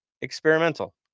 experimental